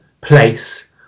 place